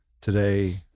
today